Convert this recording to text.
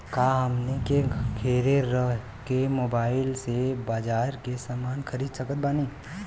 का हमनी के घेरे रह के मोब्बाइल से बाजार के समान खरीद सकत बनी?